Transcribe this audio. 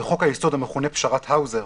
שבחוק-יסוד המכונה "פשרת האוזר"